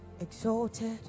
Exalted